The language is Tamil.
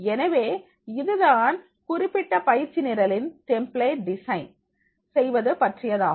எனவே இதுதான் குறிப்பிட்ட பயிற்சி நிரலின் டெம்பிளேட் டிசைன் செய்வது பற்றியதாகும்